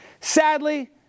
sadly